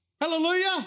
Hallelujah